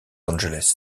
angeles